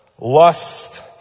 Lust